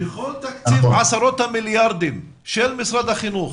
בכל תקציב עשרות המיליארדים של משרד החינוך,